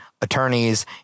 attorneys